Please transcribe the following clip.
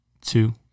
two